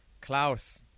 Klaus